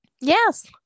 yes